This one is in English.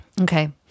Okay